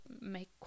make